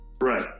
Right